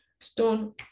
stone